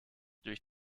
durch